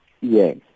Yes